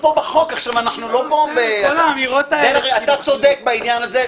אתה צודק בעניין הזה,